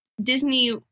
Disney